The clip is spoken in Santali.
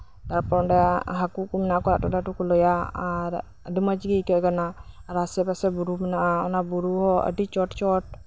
ᱛᱟᱨᱯᱚᱨ ᱚᱱᱰᱮ ᱦᱟᱹᱠᱩ ᱠᱚ ᱢᱮᱱᱟ ᱟᱥᱮ ᱯᱟᱥᱮ ᱵᱩᱨᱩ ᱢᱮᱱᱟᱜᱼᱟ ᱚᱱᱟ ᱵᱩᱨᱩ ᱦᱚᱸ ᱟᱹᱰᱤ ᱪᱚᱴ ᱪᱚᱴ